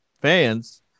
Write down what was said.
fans